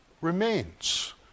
remains